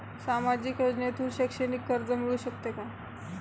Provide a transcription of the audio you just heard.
सामाजिक योजनेतून शैक्षणिक कर्ज मिळू शकते का?